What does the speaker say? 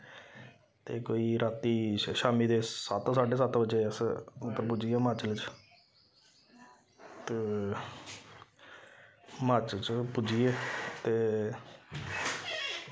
ते कोई रातीं शामी दे सत्त साड्डे सत्त बजे अस उद्धर पुज्जी गे हिमाचल च ते हिमाचल च पुज्जी गे ते